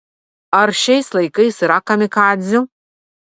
ar šiais laikais yra kamikadzių